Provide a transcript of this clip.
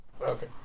Okay